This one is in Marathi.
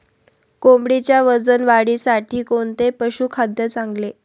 कोंबडीच्या वजन वाढीसाठी कोणते पशुखाद्य चांगले?